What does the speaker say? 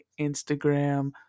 Instagram